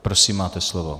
Prosím, máte slovo.